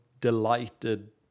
delighted